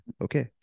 Okay